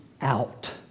out